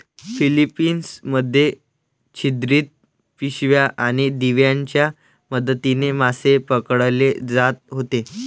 Philippines मध्ये छिद्रित पिशव्या आणि दिव्यांच्या मदतीने मासे पकडले जात होते